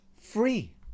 free